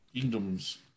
kingdoms